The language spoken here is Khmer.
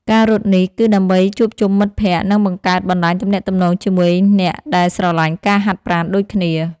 ការរត់នេះ ក៏ដើម្បីជួបជុំមិត្តភក្តិ និងបង្កើតបណ្ដាញទំនាក់ទំនងជាមួយអ្នកដែលស្រឡាញ់ការហាត់ប្រាណដូចគ្នា។